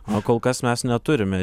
o kol kas mes neturime